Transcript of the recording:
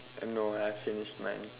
no I finished mine